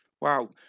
Wow